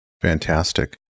Fantastic